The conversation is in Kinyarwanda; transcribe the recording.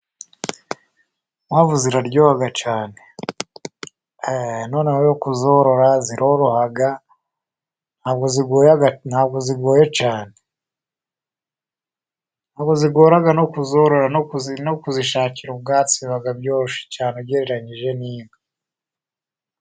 Inkwavu ziraryoha cyane, noneho kuzorora ,ziroroha, ntabwo zigoye cyane, ntabwo zigora no kuzorora, no kuzishakira ubwatsi biba byoroshye cyane ugereranije n'inka.